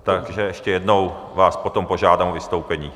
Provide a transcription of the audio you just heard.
Takže ještě jednou vás potom požádám o vystoupení.